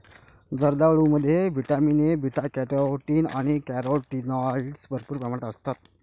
जर्दाळूमध्ये vitamin A, beta carotene आणि इतर कॅरोटीनॉइड्स भरपूर प्रमाणात असतात